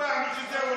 הצבענו שזה הולך